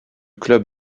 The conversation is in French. club